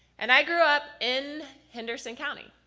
and i grew up in henderson county.